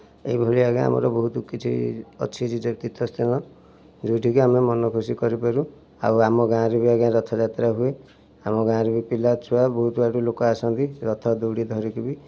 ଏଇ ଭଳି ଆଜ୍ଞା ଆମର ବହୁତ କିଛି ଅଛି ତୀର୍ଥସ୍ଥାନ ଯେଉଁଠିକି ଆମ ମନ ଖୁସି କରିପାରୁ ଆଉ ଆମ ଗାଁରେ ବି ଆଜ୍ଞା ରଥଯାତ୍ରା ହୁଏ ଆମ ଗାଁରେ ବି ପିଲାଛୁଆ ବହୁତ ଆଡ଼ୁ ଲୋକ ଆସନ୍ତି ରଥ ଦଉଡ଼ି ଧରିକି ବି